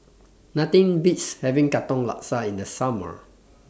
Nothing Beats having Katong Laksa in The Summer